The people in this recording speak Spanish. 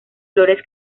flores